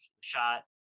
shot